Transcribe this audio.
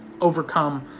overcome